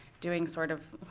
doing, sort of,